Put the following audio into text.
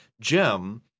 jim